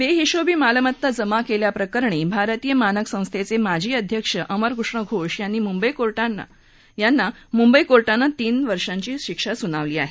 बेहिशेबी मालमत्ता जमा केल्याप्रकरणी भारतीय मानक संस्थानचे माजी अध्यक्ष अमर कृष्ण घोष यांना मुंबई कोर्टानं तीन वर्षांची शिक्षा सुनावली आहे